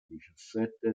diciassette